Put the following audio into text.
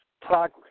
progress